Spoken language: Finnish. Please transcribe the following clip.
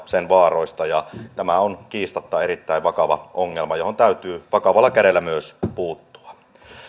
sen vaaroista ja tämä on kiistatta erittäin vakava ongelma johon täytyy vakavalla kädellä myös puuttua